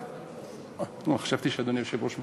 אני חשבתי שאדוני היושב-ראש,